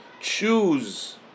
choose